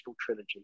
trilogy